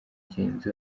genzi